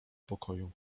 pokoju